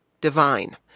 divine